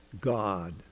God